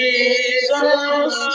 Jesus